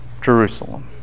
Jerusalem